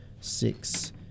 six